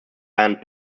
band